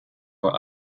were